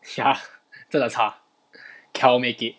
ya 真的差 cannot make it